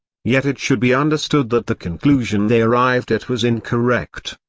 yet it should be understood that the conclusion they arrived at was incorrect.